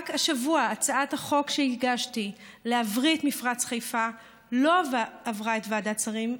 רק השבוע הצעת החוק שהגשתי להבריא את מפרץ חיפה לא עברה את ועדת השרים,